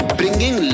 bringing